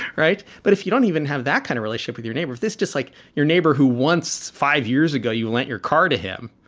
right. but if you don't even have that kind of relationship with your neighbor, is this just like your neighbor who once, five years ago you lent your car to him?